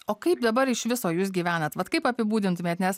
o kaip dabar iš viso jūs gyvenat vat kaip apibūdintumėt nes